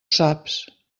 saps